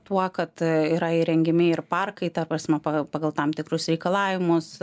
tuo kad yra įrengiami ir parkai ta prasme pa pagal tam tikrus reikalavimus